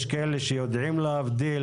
יש כאלה שיודעים להבדיל,